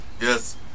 yes